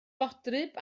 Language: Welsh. fodryb